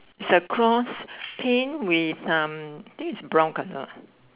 is a cross paint with um I think is brown colour